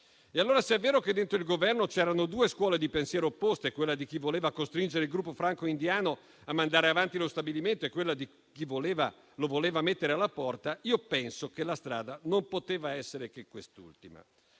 Se è vero che dentro il Governo c'erano due scuole di pensiero opposte, quella di chi voleva costringere il gruppo franco-indiano a mandare avanti lo stabilimento e quella di chi lo voleva mettere alla porta, penso che la strada non poteva essere che quest'ultima.